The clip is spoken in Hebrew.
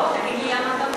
לא, תגיד לי למה אתה בחרת.